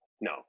no